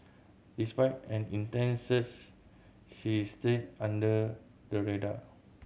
despite an intense search she stayed under the radar